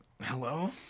Hello